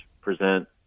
present